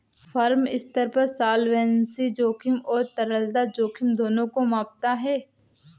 firm स्तर पर solvency जोखिम और तरलता जोखिम दोनों को मापता है